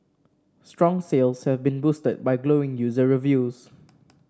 strong sales have been boosted by glowing user reviews